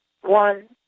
one